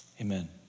Amen